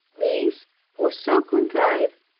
this was so contrived,